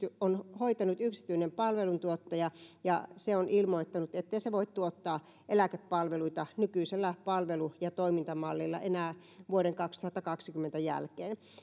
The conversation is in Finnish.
on hoitanut yksityinen palveluntuottaja ja se on ilmoittanut ettei se voi tuottaa eläkepalveluita nykyisellä palvelu ja toimintamallilla enää vuoden kaksituhattakaksikymmentä jälkeen